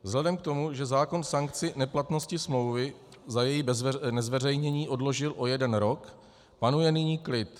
Vzhledem k tomu, že zákon sankci neplatnosti smlouvy za její nezveřejnění odložil o jeden rok, panuje nyní klid.